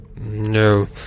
no